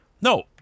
No